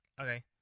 Okay